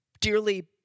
dearly